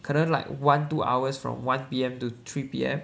可能 like one two hours from one P_M to three P_M